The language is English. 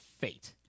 fate